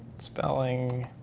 spelling.